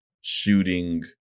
shooting